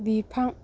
बिफां